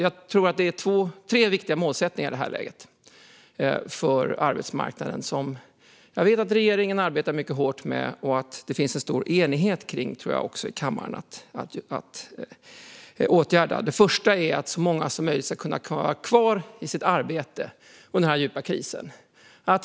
Det finns tre viktiga målsättningar för arbetsmarknaden i det här läget som jag vet att regeringen arbetar mycket hårt med och som det också finns en stor enighet om i kammaren. Det första är att så många som möjligt ska kunna vara kvar i arbete under den här djupa krisen.